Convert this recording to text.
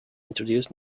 introduced